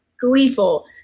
gleeful